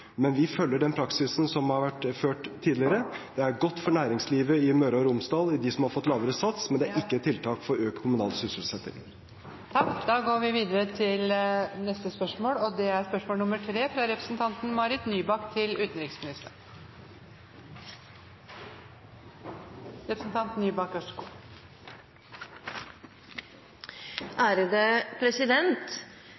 Men vi følger den praksisen som har vært ført tidligere. Det er godt for næringslivet i Møre og Romsdal, de som har fått lavere sats, men dette er ikke et tiltak for økt kommunal sysselsetting. Jeg har følgende spørsmål til utenriksministeren – et spørsmål